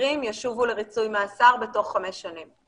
המשתחררים ישובו לריצוי מאסר בתוך חמש שנים.